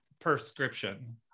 prescription